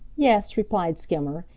yes, replied skimmer,